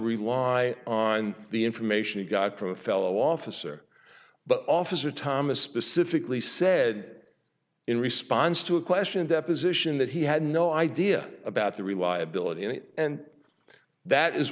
rely on the information he got from a fellow officer but officer thomas specifically said in response to a question deposition that he had no idea about the reliability of it and that is